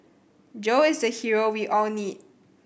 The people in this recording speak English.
Joe is the hero we all need